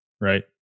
right